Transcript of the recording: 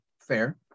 Fair